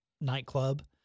nightclub